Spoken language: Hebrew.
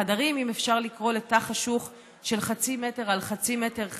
בחדרים אם אפשר לקרוא לתא חשוך של חצי מטר על חצי מטר חדר,